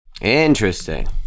Interesting